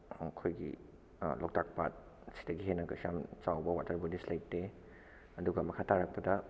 ꯑꯩꯈꯣꯏꯒꯤ ꯂꯣꯛꯇꯥꯛ ꯄꯥꯠ ꯑꯁꯤꯗꯒꯤ ꯍꯦꯟꯅ ꯀꯩꯁꯨ ꯌꯥꯝ ꯆꯥꯎꯕ ꯋꯥꯇꯔ ꯕꯣꯗꯤꯁ ꯂꯩꯇꯦ ꯑꯗꯨꯒ ꯃꯈꯥ ꯇꯥꯔꯛꯄꯗ